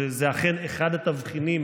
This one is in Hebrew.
וזה אכן אחד התבחינים